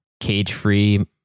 cage-free